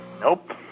Nope